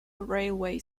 railway